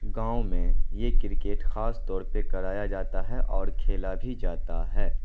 گاؤں یہ کرکٹ خاص طور پہ کرایا جاتا ہے اور کھیلا بھی جاتا ہے